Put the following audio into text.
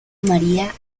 maría